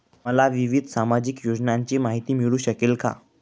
मला विविध सामाजिक योजनांची माहिती मिळू शकेल का?